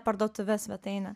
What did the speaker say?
parduotuvės svetaine